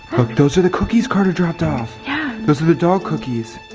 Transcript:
those are the cookies carter dropped off. yeah. those are the dog cookies.